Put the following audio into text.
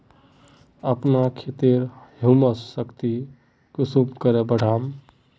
अपना खेतेर ह्यूमस शक्ति कुंसम करे बढ़ाम?